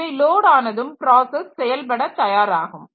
இவை லோட் ஆனதும் பிராசஸ் செயல்பட தயாராகும்